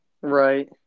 right